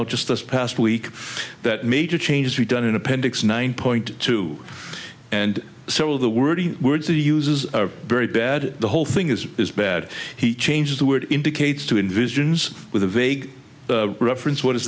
out just this past week that major changes we've done in appendix nine point two and so the wordy words are uses very bad the whole thing is is bad he changes the word indicates to envisions with a vague reference what does